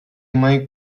mike